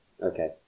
Okay